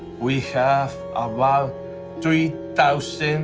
we have about three thousand